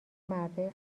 مردای